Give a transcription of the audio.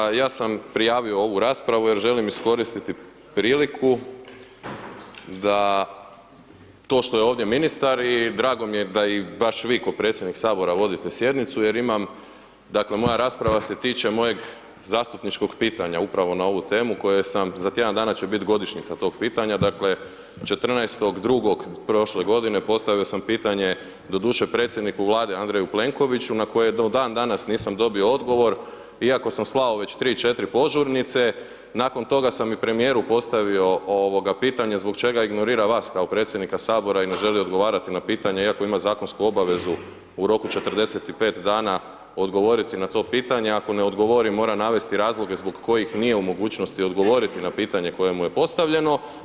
Ovoga, ja sam prijavio ovu raspravu jer želim iskoristiti priliku da to što je ovdje ministar i drago mi je da i baš vi ko predsjednik Sabora vodite sjednicu jer imam, dakle, moja rasprava se tiče mojeg zastupničkog pitanja upravo na ovu temu koje sam, za tjedan dana će biti godišnjica tog pitanja, dakle, 14.2. prošle godine postavio sam pitanje, doduše, predsjedniku Vlade, Andreju Plenkoviću, na koje do dan danas nisam dobio odgovor iako sam slao već tri, četiri požurnice, nakon toga sam i premijeru postavio pitanje zbog čega ignorira vas kao predsjednika Sabora i ne želi odgovarati na pitanje iako ima zakonsku obavezu u roku 45 dana odgovoriti na to pitanje, ako ne odgovori, mora navesti razloge zbog kojih nije u mogućnosti odgovoriti na pitanje koje mu je postavljeno.